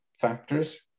factors